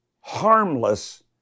harmless